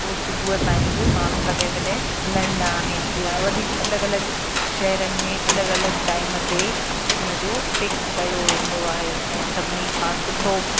पोइ सुबुह ताईं बि माण्हू कॾहिं कॾहिं हलाईंदा आहिनि जीअं वॾी अलॻि अलॻि शहरनि में अलॻि अलॻि टाइम ते हुनजो फ़िक्स कयो वेंदो आहे ऐं सभिनी खां सुठो